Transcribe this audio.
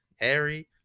Harry